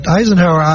Eisenhower